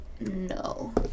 No